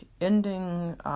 ending